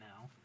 now